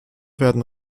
werden